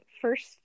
first